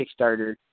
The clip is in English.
Kickstarter